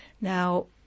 Now